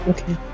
Okay